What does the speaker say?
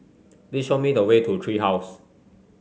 please show me the way to Tree House